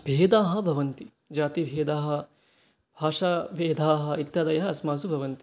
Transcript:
भेदाः भवन्ति जातिभेदाः भाषाभेदाः इत्तादयः अस्मासु भवन्ति